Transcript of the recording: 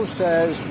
says